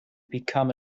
become